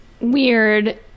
weird